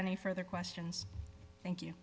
any further questions thank you